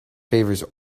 favours